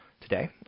today